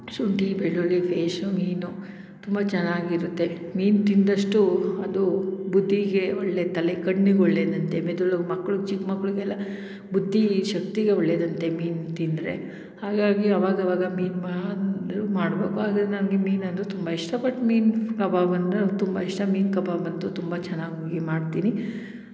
ಶುಂಠಿ ಬೆಳ್ಳುಳ್ಳಿ ಪೇಶು ಮೀನು ತುಂಬ ಚೆನ್ನಾಗಿರುತ್ತೆ ಮೀನು ತಿಂದಷ್ಟು ಅದು ಬುದ್ಧಿಗೆ ಒಳ್ಳೆ ತಲೆ ಕಣ್ಣಿಗೆ ಒಳ್ಳೆಯದಂತೆ ಮೆದುಳು ಮಕ್ಳಿಗೆ ಚಿಕ್ಕ ಮಕ್ಳಿಗೆಲ್ಲ ಬುದ್ಧಿ ಶಕ್ತಿಗೆ ಒಳ್ಳೆಯದಂತೆ ಮೀನು ತಿಂದರೆ ಹಾಗಾಗಿ ಆವಾಗ ಆವಾಗ ಮೀನು ಮಾಂದ್ರ್ ಮಾಡ್ಬೇಕು ಅದ್ರಿಂದ ನನಗೆ ಮೀನು ಅಂದ್ರೆ ತುಂಬ ಇಷ್ಟ ಬಟ್ ಮೀನು ಫ್ ಕಬಾಬ್ ಅಂದರೆ ನಂಗೆ ತುಂಬ ಇಷ್ಟ ಮೀನು ಕಬಾಬ್ ಅಂತೂ ತುಂಬ ಚೆನ್ನಾಗಿ ಮಾಡ್ತೀನಿ